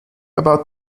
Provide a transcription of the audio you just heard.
about